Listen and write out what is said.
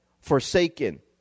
forsaken